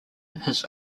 his